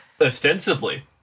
Ostensibly